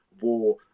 war